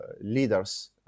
leaders